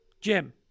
Jim